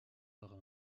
par